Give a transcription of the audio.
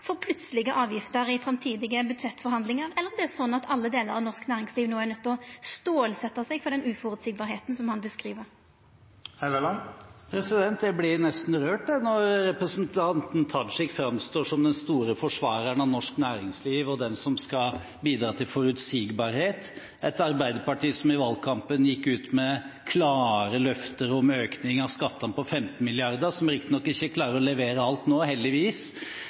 for plutselege avgifter i framtidige budsjettforhandlingar, eller om alle delar av norsk næringsliv nå er nøydde til å stålsetja seg for den uføreseielege situasjonen som han beskriv. Jeg blir nesten rørt når representanten Tajik framstår som den store forsvareren av norsk næringsliv og den som skal bidra til forutsigbarhet, når Arbeiderpartiet i valgkampen gikk ut med klare løfter om økning av skattene på 15 mrd. kr, som de riktignok ikke klarer å levere alt nå – heldigvis